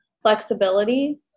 flexibility